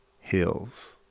hills